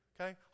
Okay